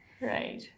Right